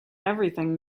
everything